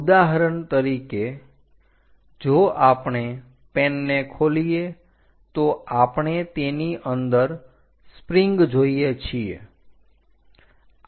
ઉદાહરણ તરીકે જો આપણે પેન ને ખોલીએ તો આપણે તેની અંદર સ્પ્રિંગ જોઈએ છીએ